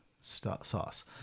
sauce